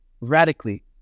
radically